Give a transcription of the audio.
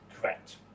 Correct